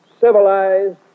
civilized